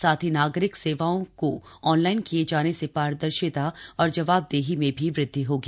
साथ ही नागरिक सेवाओं को ऑनलाइन किये जाने से पारदर्शिता और जवाबदेही में भी वृद्धि होगी